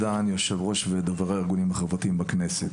אני יושב-ראש ודובר הארגונים החברתיים בכנסת.